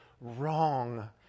wrong